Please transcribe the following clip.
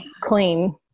clean